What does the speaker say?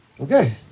Okay